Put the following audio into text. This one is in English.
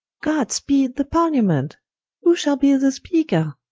god speed the parliament who shall be the speaker?